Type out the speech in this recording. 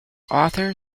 author